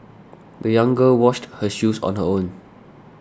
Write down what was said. the young girl washed her shoes on her own